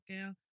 girl